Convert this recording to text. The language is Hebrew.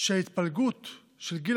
התפלגות גיל